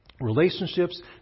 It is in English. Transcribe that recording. Relationships